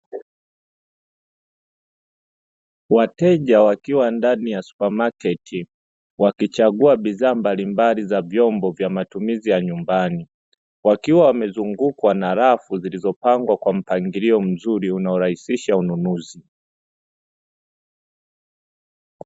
Wateja wakiwa ndani ya "supermarket" wakichagua bidhaa mbalimbali za vyombo vya matumizi ya nyumbani. Wakiwa wamezungukwa na rafu zilizopangwa kwa mpangilio mzuri unaorahisisha ununuzi.